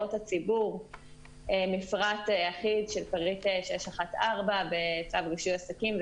להערות הציבור מפרט אחיד של פריט 614 בצו רישוי עסקים.